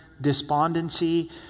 despondency